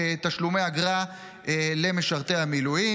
תשלומי אגרה למשרתי המילואים.